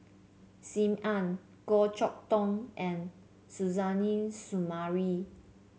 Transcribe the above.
Sim Ann Goh Chok Tong and Suzairhe Sumari